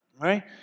right